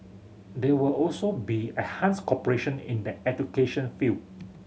there will also be enhanced cooperation in the education field